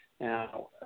Now